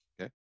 Okay